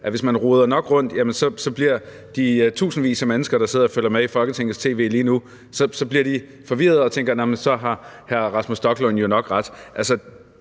og hvis man roder nok rundt, bliver de tusindvis af mennesker, der sidder og følger med i Folketingets tv lige nu, forvirrede og tænker, at hr. Rasmus Stoklund nok har ret.